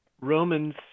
Romans